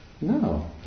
No